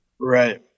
right